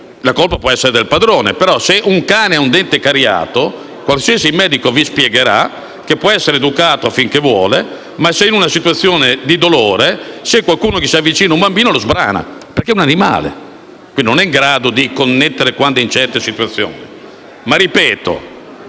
La colpa può essere del padrone, ma se un cane ha un dente cariato qualsiasi medico vi spiegherà che può essere educato finché volete, ma se è in una situazione di dolore, se qualcuno gli si avvicina, come un bambino, lo sbrana perché è un animale e non è in grado di connettere quando è in certe situazioni. Ma, ripeto,